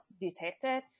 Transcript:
detected